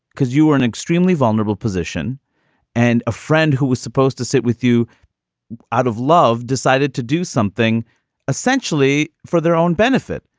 because you are an extremely vulnerable position and a friend who was supposed to sit with you out of love decided to do something essentially for their own benefit.